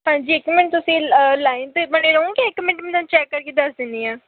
ਹਾਂਜੀ ਇੱਕ ਮਿੰਟ ਤੁਸੀਂ ਲਾਈਨ 'ਤੇ ਬਣੇ ਰਹੋਗੇ ਇੱਕ ਮਿੰਟ ਮੈਂ ਚੈਕ ਕਰਕੇ ਦੱਸ ਦਿੰਦੀ ਹਾਂ